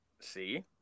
See